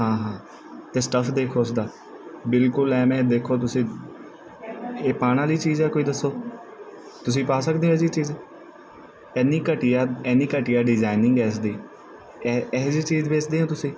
ਹਾਂ ਹਾਂ ਅਤੇ ਸਟਫ ਦੇਖੋ ਉਸਦਾ ਬਿਲਕੁਲ ਐਵੇਂ ਦੇਖੋ ਤੁਸੀਂ ਇਹ ਪਾਉਣ ਵਾਲੀ ਚੀਜ਼ ਆ ਕੋਈ ਦੱਸੋ ਤੁਸੀਂ ਪਾ ਸਕਦੇ ਇਹੋ ਜਿਹੀ ਚੀਜ਼ ਇੰਨੀ ਘਟੀਆ ਇੰਨੀ ਘਟੀਆ ਡਿਜ਼ਾਇਨਿੰਗ ਇਸਦੀ ਇ ਇਹੋ ਜਿਹੀ ਚੀਜ਼ ਵੇਚਦੇ ਹੋ ਤੁਸੀਂ